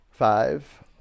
Five